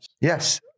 Yes